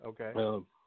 Okay